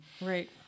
Right